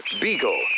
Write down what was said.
beagle